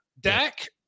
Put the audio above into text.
Dak